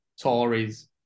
tories